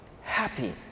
happy